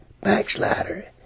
backslider